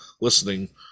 listening